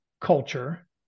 culture